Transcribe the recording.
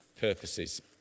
purposes